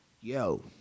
Yo